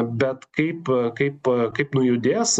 bet kaip kaip kaip nujudės